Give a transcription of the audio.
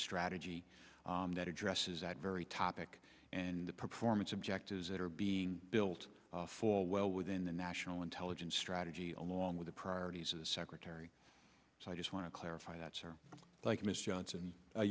strategy that addresses that very topic and the performance objectives that are being built for well within the national intelligence strategy along with the priorities of the secretary so i just want to clarify that sir like